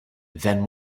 then